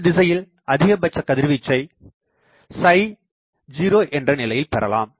இந்த திசையில் அதிகபட்ச கதிர்வீச்சை 0 என்ற நிலையில் பெறலாம்